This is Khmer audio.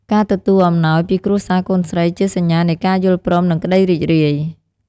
ការទទួលអំណោយពីគ្រួសារកូនស្រីជាសញ្ញានៃការយល់ព្រមនិងក្តីរីករាយ។